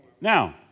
Now